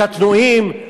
לקטנועים,